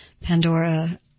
Pandora